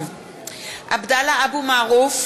(קוראת